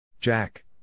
Jack